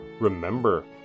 Remember